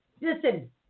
Listen